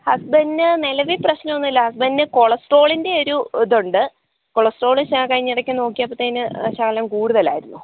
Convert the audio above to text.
ഹസ്ബൻന് നീലവിൽ പ്രശ്നന്നുല്ലാ ഹസ്ബൻഡിന് കൊളെസ്ട്രോള്ളിൻ്റെ ഒരു ഇതുണ്ട് കൊളെസ്ട്രോള് കഴിഞ്ഞയിടക്ക് നോക്കിയപ്പത്തെന് ശകലം കൂടുതലായിരുന്നു